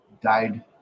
died